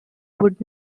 would